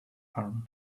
arm